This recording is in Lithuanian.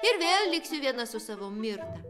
ir vėl liksiu viena su savo mirta